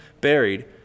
buried